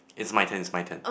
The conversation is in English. is my turn is my turn